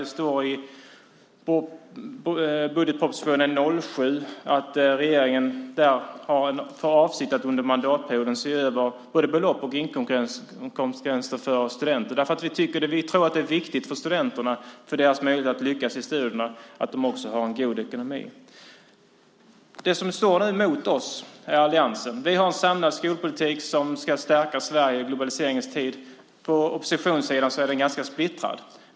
Det står i budgetpropositionen 2007 att regeringen har för avsikt att under mandatperioden se över både belopp och inkomstgränser för studenter. Vi tror att det är viktigt för studenterna och deras möjlighet att lyckas i studierna att de har en god ekonomi. Alliansen har en samlad skolpolitik som ska stärka Sverige i globaliseringens tid. På oppositionssidan är den ganska splittrad.